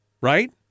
Right